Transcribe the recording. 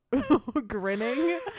grinning